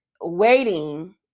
waiting